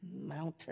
mountain